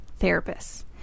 therapists